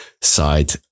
side